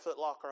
footlocker